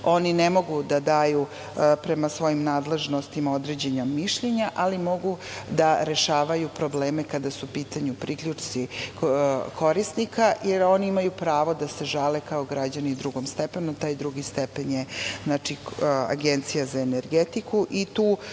oni ne mogu da daju prema svojim nadležnostima određena mišljenja, ali mogu da rešavaju probleme kada su u pitanju priključci korisnika, jer oni imaju pravo da se žale kao građani drugom stepenu, a taj drugi stepen je Agencija za energetiku i tu